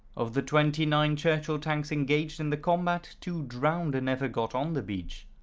of the twenty nine churchill tanks engaged in the combat, two drowned and never got on the beach.